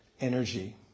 energy